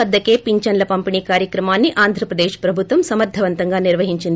వద్దకే పింఛన్ల పంపిణీ కార్యక్రమాన్ని ఆంధ్రప్రదేశ్ ప్రభుత్వం సమర్దవంతంగా ఇంటి నిర్వహించింది